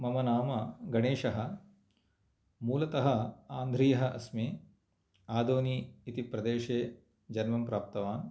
मम नाम गणेशः मूलतः आन्ध्रीयः अस्मि आदूनि इति प्रदेशे जन्मं प्राप्तवान्